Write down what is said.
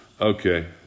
Okay